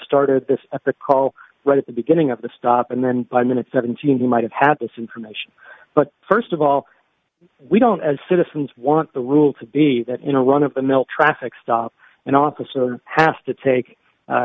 started this at the call right at the beginning of the stop and then by minute seventeen he might have had this information but st of all we don't as citizens want the rule to be that you know run of the mill traffic stop an officer has to take